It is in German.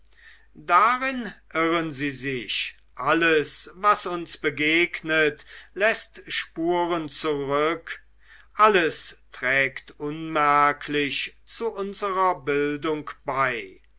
darin irren sie sich alles was uns begegnet läßt spuren zurück alles trägt unmerklich zu unserer bildung bei